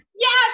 yes